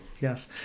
Yes